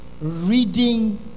reading